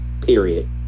Period